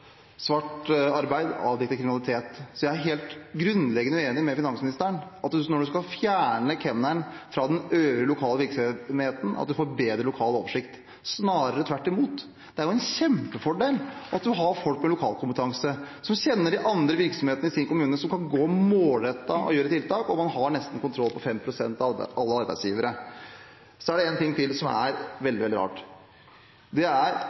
svart arbeid og kriminalitet. Så jeg er helt grunnleggende uenig med finansministeren i at en når en skal fjerne kemneren fra den øvrige lokale virksomheten, får bedre lokal oversikt. Snarere tvert imot – det er jo en kjempefordel at en har folk med lokalkompetanse, som kjenner de andre virksomhetene i sin kommune, som kan gå målrettet inn og gjøre tiltak, og hvor man nesten har kontroll på 5 pst. av alle arbeidsgivere. Så er det en ting til som er veldig, veldig rart. Når stortingsflertallet er